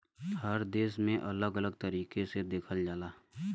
हर देश में अलग अलग तरीके से देखल जाला